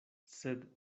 sed